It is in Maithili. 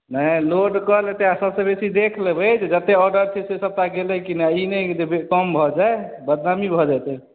नहि लोड कऽ लेतै आ सभसँ बेसी देख लेबै जे जतेक ऑर्डर छै से सभटा गेलै कि नहि ई नहि जे कम भऽ जाय बदनामी भऽ जेतै